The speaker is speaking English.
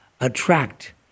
attract